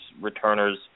returners